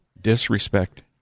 Disrespect